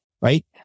right